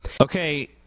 Okay